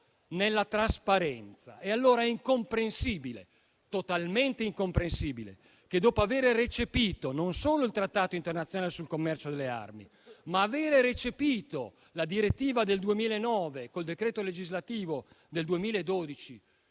nella trasparenza. È allora incomprensibile, totalmente incomprensibile, dopo avere recepito non solo il Trattato sul commercio delle armi, ma anche la direttiva del 2009, con il decreto legislativo n. 105